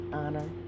honor